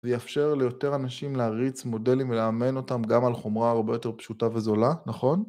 ויאפשר ליותר אנשים להריץ מודלים ולאמן אותם גם על חומרה הרבה יותר פשוטה וזולה, נכון?